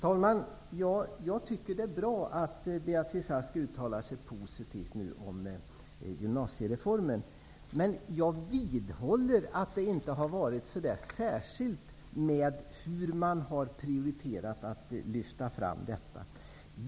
Herr talman! Jag tycker att det är bra att Beatrice Ask nu uttalar sig positivt om gymnasiereformen. Men jag vidhåller att man inte har prioriterat att lyfta fram dessa frågor.